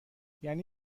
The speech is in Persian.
یعنی